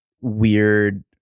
weird